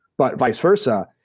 but vice versa,